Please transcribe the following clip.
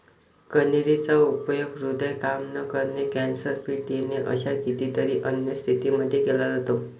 कन्हेरी चा उपयोग हृदय काम न करणे, कॅन्सर, फिट येणे अशा कितीतरी अन्य स्थितींमध्ये केला जातो